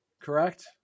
correct